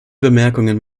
bemerkungen